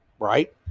Right